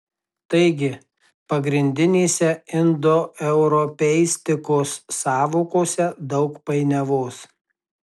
taigi pagrindinėse indoeuropeistikos sąvokose daug painiavos